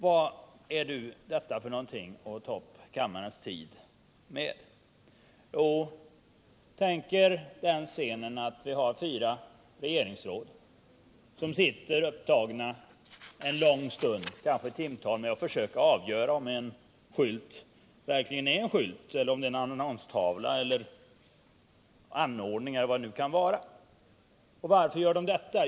Vad är nu detta för någonting att ta upp kammarens tid med? Jo, tänk er den scenen att fyra regeringsråd sitter upptagna en lång stund, kanske i timtal, med att försöka avgöra om en skylt verkligen är en skylt eller en annonstavla eller en anordning eller någonting annat. Och varför gör de detta?